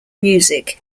music